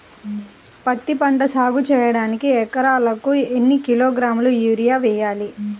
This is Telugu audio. పత్తిపంట సాగు చేయడానికి ఎకరాలకు ఎన్ని కిలోగ్రాముల యూరియా వేయాలి?